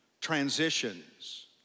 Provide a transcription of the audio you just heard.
Transitions